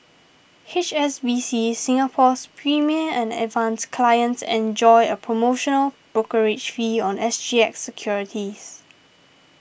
H S B C Singapore's Premier and Advance clients enjoy a promotional brokerage fee on S G X securities